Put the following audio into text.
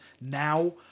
now